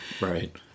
right